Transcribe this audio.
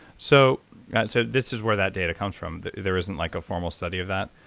so yeah so this is where that data comes from. there isn't like a formal study of that?